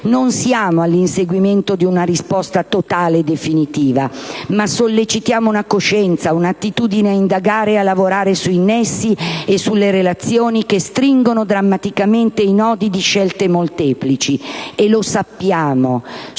non siamo all'inseguimento di una risposta totale e definitiva, ma sollecitiamo una coscienza, un'attitudine a indagare e a lavorare sui nessi e sulle relazioni che stringono drammaticamente i nodi di scelte molteplici», e, lo sappiamo,